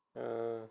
err